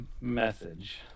message